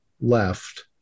left